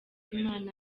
imana